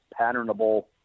patternable